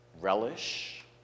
Relish